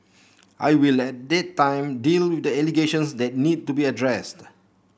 I will at that time deal with the allegations that need to be addressed